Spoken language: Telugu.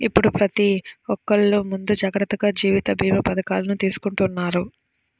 ఇప్పుడు ప్రతి ఒక్కల్లు ముందు జాగర్తగా జీవిత భీమా పథకాలను తీసుకుంటన్నారు